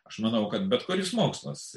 aš manau kad bet kuris mokslas